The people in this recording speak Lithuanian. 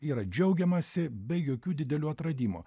yra džiaugiamasi be jokių didelių atradimų